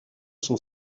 sont